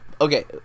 Okay